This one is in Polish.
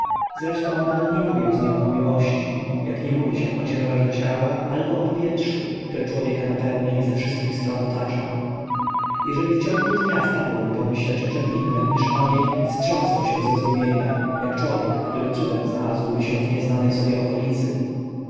zresztą nawet nie mówił z nią o miłości jak nie mówi się o ciężarze ciała albo o powietrzu które człowieka napełnia i ze wszystkich stron otacza jeżeli w ciągu dnia wypadło mu pomyśleć o czem innem niż o niej wstrząsał się ze zdumienia jak człowiek który cudem znalazłby się w nieznanej sobie okolicy